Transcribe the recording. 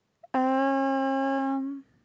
um